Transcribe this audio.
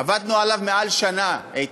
עבדנו עליו מעל שנה, איתן,